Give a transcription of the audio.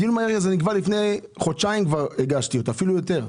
הגשתי את הבקשה לדיון לפני חודשיים, אפילו יותר,